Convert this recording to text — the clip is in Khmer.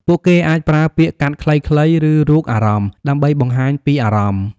ពួកគេអាចប្រើពាក្យកាត់ខ្លីៗ ឬរូបអារម្មណ៍ ដើម្បីបង្ហាញពីអារម្មណ៍។